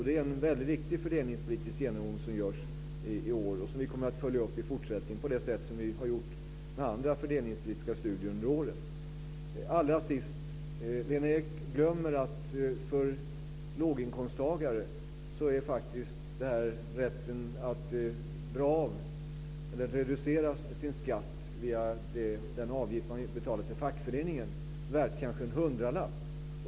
Det är en viktig fördelningspolitisk genomgång som görs i år och som vi kommer att följa upp i fortsättningen, på det sätt som vi har gjort med andra fördelningspolitiska studier under åren. Lena Ek glömmer att för låginkomsttagare är rätten att reducera sin skatt via den avgift man betalar till fackföreningen värd kanske en hundralapp.